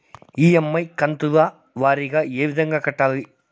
EMI కంతుల వారీగా ఏ విధంగా కట్టాలి